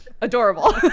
Adorable